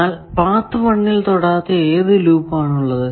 എന്നാൽ പാത്ത് 1 ൽ തൊടാത്ത ഏതു ലൂപ്പ് ആണ് ഉള്ളത്